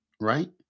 right